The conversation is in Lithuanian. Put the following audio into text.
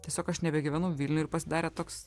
tiesiog aš nebegyvenau vilniuj ir pasidarė toks